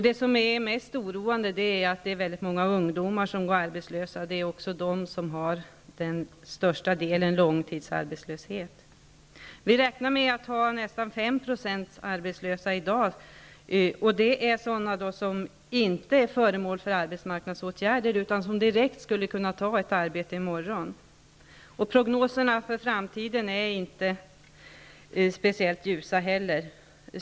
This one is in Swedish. Det som är mest oroande är att väldigt många ungdomar går arbetslösa -- det är också de som svarar för den största andelen långtidsarbetslöshet. Vi räknar med att i dag ha nästan 5 % arbetslösa. Det är då människor som inte är föremål för arbetsmarknadsåtgärder utan som skulle kunna ta ett arbete i morgon. Prognoserna för framtiden är inte heller speciellt ljusa.